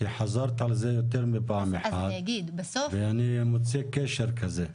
חזרת על זה מספר פעמים ואני מוצא קשר כזה.